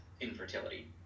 infertility